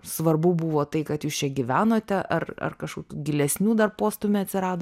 svarbu buvo tai kad jūs čia gyvenote ar ar kažkokių gilesnių dar postūmį atsirado